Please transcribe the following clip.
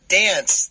dance